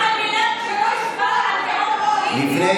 כי גם אותך אני לא רוצה לקרוא לסדר קריאה ראשונה.